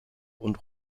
und